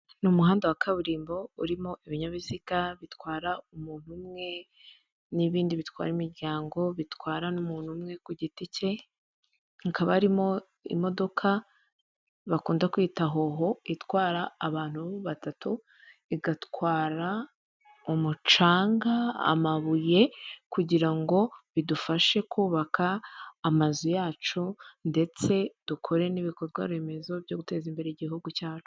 Ni umuhanda wa kaburimbo urimo ibinyabiziga bitwara umuntu umwe, n'ibindi bitwara imiryango bitwara n'umuntu umwe ku giti cye, hakaba harimo aimodoka bakunda kwita howo, itwara abantu batatu, igatwara umucanga, amabuye kugira ngo bidufashe kubaka amazu yacu, ndetse dukore n'ibikorwaremezo byo guteza imbere igihugu cyacu.